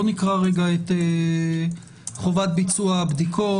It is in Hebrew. נקרא את חובת ביצוע הבדיקות.